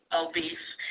obese